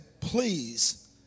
please